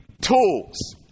tools